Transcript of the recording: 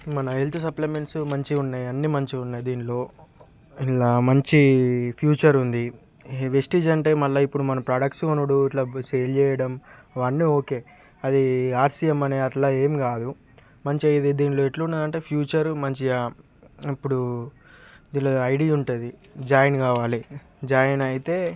మన health supplements మంచిగా ఉన్నాయి అన్నీ మంచిగా ఉన్నాయి దీనిలో ఇళ్ళ మంచి ఫ్యూచర్ ఉంది విస్టీజ్ అంటే మళ్ళీ ఇప్పుడు మన ప్రొడక్ట్స్ కొనుడు ఇట్ల సేల్ చేయడం ఇవన్నీ ఓకే అది ఆర్సిఎం అనే అట్ల ఏం కాదు మంచిగా ఇది దీనిలో ఎట్లున్నది అంటే ఫ్యూచరు మంచిగా ఇప్పుడు వీళ్ళది ఐడీ ఉంటుంది జాయిన్ కావాలి జాయిన్ అయితే